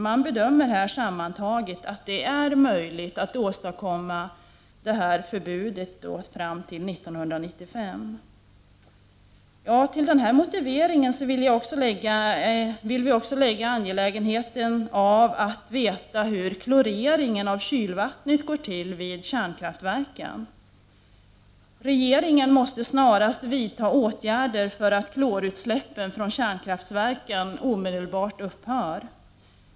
Man bedömer där att det är möjligt att åstadkomma ett sådant förbud fram till 1995. Till den motiveringen vill vi också lägga att det är angeläget att veta hur kloreringen av kylvattnet vid kärnkraftverken går till. Regeringen måste snarast vidta åtgärder för att klorutsläppen från kärnkraftverken omedelbart skall upphöra.